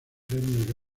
premios